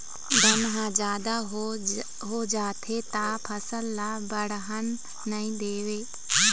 बन ह जादा हो जाथे त फसल ल बाड़हन नइ देवय